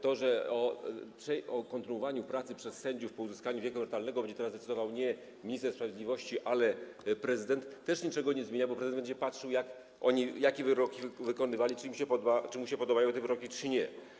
To, że o kontynuowaniu pracy przez sędziów po uzyskaniu wieku emerytalnego będzie teraz decydował nie minister sprawiedliwości, ale prezydent, też niczego nie zmienia, bo prezydent będzie patrzył, jakie wyroki wydawali, czy mu się podobają te wyroki czy nie.